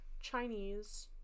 Chinese